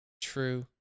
true